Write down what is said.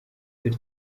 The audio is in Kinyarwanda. dore